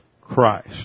Christ